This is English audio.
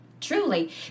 truly